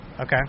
Okay